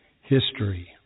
history